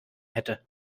hätte